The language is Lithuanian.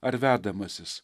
ar vedamasis